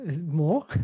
More